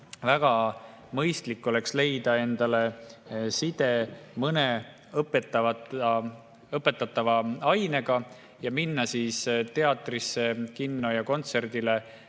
Väga mõistlik oleks leida side mõne õpetatava ainega ja minna teatrisse, kinno või kontserdile